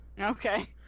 Okay